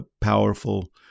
powerful